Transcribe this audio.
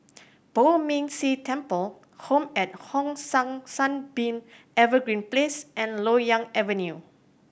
Poh Ming Tse Temple Home at Hong San Sunbeam Evergreen Place and Loyang Avenue